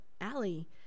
Allie